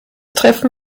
treffen